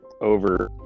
Over